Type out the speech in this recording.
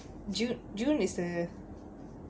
june june is the